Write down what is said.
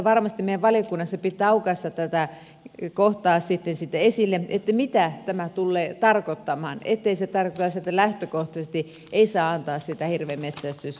varmasti meidän valiokunnassa pitää aukaista tätä kohtaa saada esille mitä tämä tulee tarkoittamaan ettei se tarkoita sitä että lähtökohtaisesti ei saa antaa sitä hirvenmetsästyslupaa